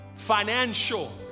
Financial